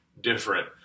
different